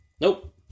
Nope